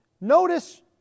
notice